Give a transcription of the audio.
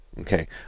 Okay